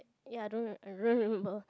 ya I don't r~ remember